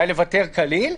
או אולי לוותר כליל,